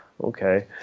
okay